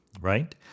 right